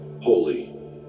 holy